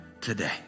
today